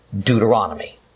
Deuteronomy